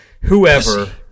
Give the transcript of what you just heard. whoever